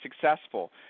successful